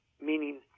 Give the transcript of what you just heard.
meaning